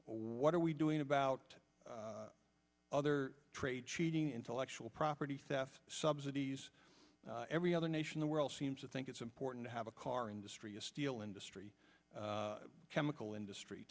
what are we doing about other trade cheating intellectual property theft subsidies every other nation the world seems to think it's important to have a car industry a steel industry chemical industry